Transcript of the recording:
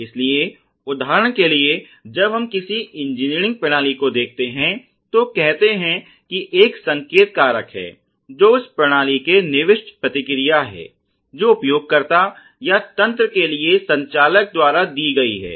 इसलिए उदाहरण के लिए जब हम किसी इंजीनियरिंग प्रणाली को देखते हैं तो कहते हैं कि एक संकेत कारक है जो उस प्रणाली के लिए निविष्ट प्रतिक्रिया है जो उपयोगकर्ता या तंत्र के लिए संचालक द्वारा दी गई है